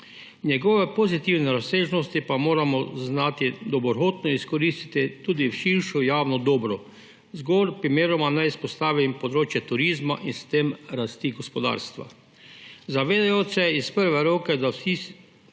Njegove pozitivne razsežnosti pa moramo znati dobrohotno izkoristiti tudi v širše javno dobro. Zgolj primeroma naj izpostavim področje turizma in s tem rasti gospodarstva. Zavedajoč se iz prve roke, da vse